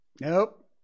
nope